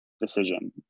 decision